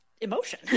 emotion